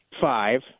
five